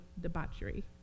debauchery